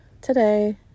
today